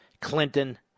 Clinton